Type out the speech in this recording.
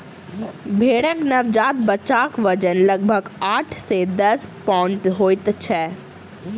भेंड़क नवजात बच्चाक वजन लगभग आठ सॅ दस पाउण्ड होइत छै